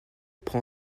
prend